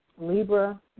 Libra